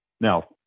Now